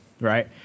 right